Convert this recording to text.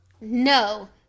No